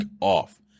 off